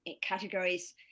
categories